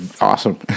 awesome